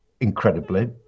incredibly